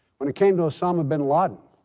when it came to osama bin laden,